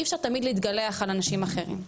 אי אפשר תמיד להתגלח על אנשים אחרים,